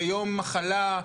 ליום מחלה,